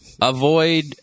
avoid